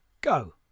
go